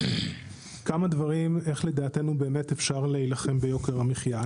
כמה דברים איך אפשר לדעתנו באמת אפשר להילחם ביוקר המחיה?